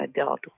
adult